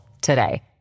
today